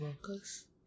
workers